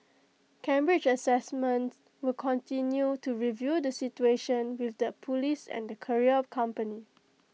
Cambridge Assessment will continue to review the situation with the Police and the courier company